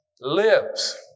lives